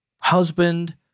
husband